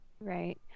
Right